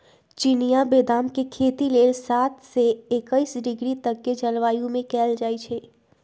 चिनियाँ बेदाम के खेती लेल सात से एकइस डिग्री तक के जलवायु में कएल जाइ छइ